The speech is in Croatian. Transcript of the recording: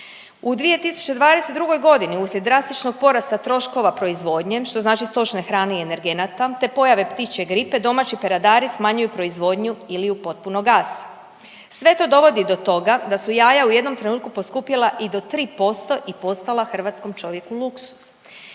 u 2022. godini uslijed drastičnog porasta troškova proizvodnje što znači stočne hrane i energenata, te pojave ptičje gripe domaći peradari smanjuju proizvodnju ili ju potpuno gase. Sve to dovodi do toga da su jaja u jednom trenutku poskupjela i do 3% i postala hrvatskom čovjeku luksuz.